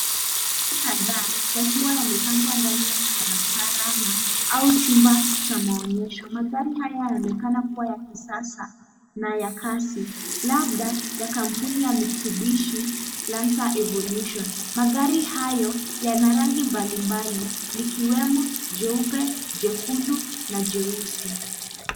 Magari kadhaa, yakiwa yamepangwa ndani ya karakana au chumba cha maonyesho. Magari haya yanaonekana kuwa ya kisasa na ya kasi, labda ya kampuni ya Mitsubishi Luxer Evolution . Magari hayo yana rangi mbalimbali ikiwemo, jeupe, jekundu na jeusi.